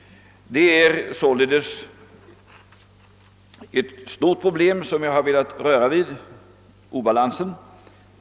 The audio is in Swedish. Det är således ett stort problem som jag här velat röra vid: obalansen.